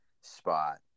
spot